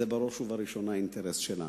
זה בראש ובראשונה אינטרס שלנו.